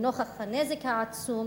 לנוכח הנזק העצום